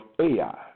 Ai